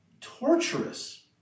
torturous